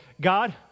God